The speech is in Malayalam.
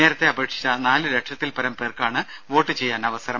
നേരത്തെ അപേക്ഷിച്ച നാല് ലക്ഷത്തിൽപരം പേർക്കാണ് വോട്ട് ചെയ്യാൻ അവസരം